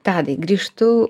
tadai grįžtu